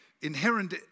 inherent